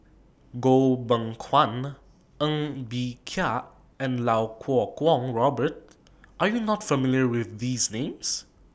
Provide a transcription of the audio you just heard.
Goh Beng Kwan Ng Bee Kia and Iau Kuo Kwong Robert Are YOU not familiar with These Names